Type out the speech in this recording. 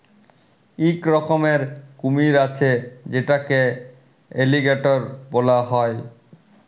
ইক রকমের কুমির আছে যেটকে এলিগ্যাটর ব্যলা হ্যয়